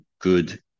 good